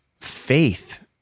faith